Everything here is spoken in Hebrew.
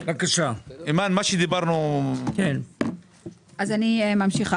אני ממשיכה.